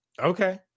Okay